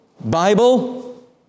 Bible